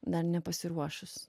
dar nepasiruošus